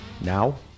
now